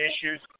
issues